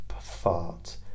fart